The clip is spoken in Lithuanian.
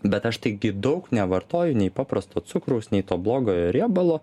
bet aš taigi daug nevartoju nei paprasto cukraus nei to blogojo riebalo